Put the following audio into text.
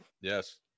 Yes